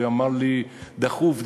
והוא אמר לי: דחוף,